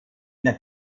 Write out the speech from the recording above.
nach